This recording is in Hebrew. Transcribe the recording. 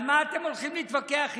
על מה אתם הולכים להתווכח איתנו?